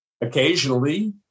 occasionally